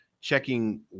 checking